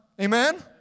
Amen